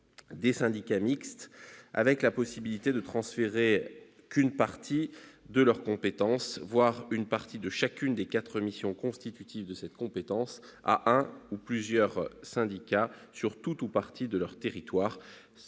et syndicats mixtes, avec la faculté de ne transférer qu'une partie de leur compétence, voire une partie de chacune des quatre missions constitutives de cette compétence, à un ou plusieurs syndicats sur tout ou partie de leur territoire.